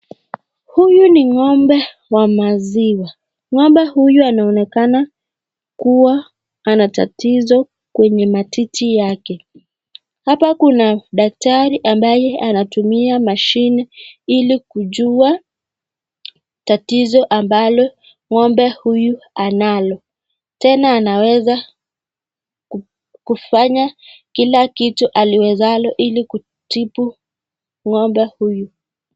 Huyu ni ng'ombe wa maziwa ng'ombe huyu anaonekana kuwa anatatizo kwenye matiti yake. Hapa kuna daktari ambaye anatumia mashine ili kujua tatizo ambalo ng'ombe huyu analo tena anaweza kufanya kila kitu aliwezalo ili kutibu ng'ombe huyu.